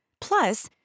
Plus